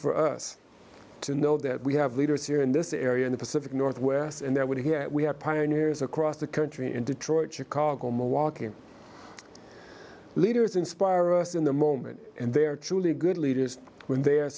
for us to know that we have leaders here in this area in the pacific northwest and there would here we have pioneers across the country in detroit chicago milwaukee leaders inspire us in the moment and they are truly good leaders when they're